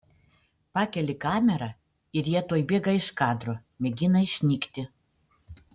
pakeli kamerą ir jie tuoj bėga iš kadro mėgina išnykti